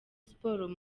sports